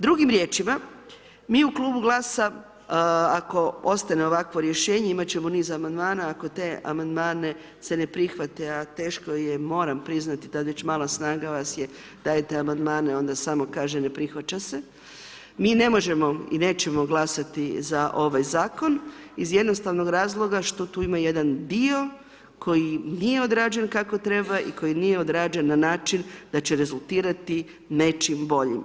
Drugim riječima, mi u klubu Glasa ako ostane ovakvo rješenje, imati ćemo niz Amandmana, ako te Amandmane se ne prihvate, a teško je, moram priznati… [[Govornik se ne razumije]] dajete Amandmane onda samo kažete ne prihvaća se, mi ne možemo i nećemo glasati za ovaj Zakon iz jednostavnog razloga što tu ima jedan dio koji nije odrađen kako treba i koji nije odrađen na način da će rezultirati nečim boljim.